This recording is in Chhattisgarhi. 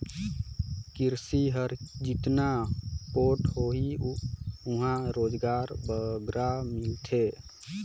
किरसी हर जेतना पोठ होही उहां रोजगार बगरा मिलथे